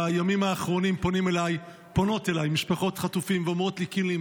בימים האחרונים פונות אליי משפחות חטופים ואומרות לי: קינלי,